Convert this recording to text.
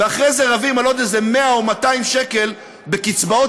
ואחרי זה רבים על עוד 100 או 200 שקל בקצבאות